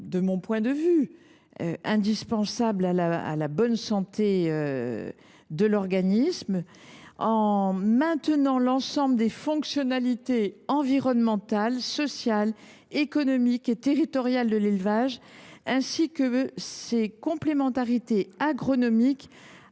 de mon point de vue, indispensables à la bonne santé de l’organisme. Aussi convient il de maintenir l’ensemble des fonctionnalités environnementales, sociales, économiques et territoriales de l’élevage, ainsi que ses complémentarités agronomiques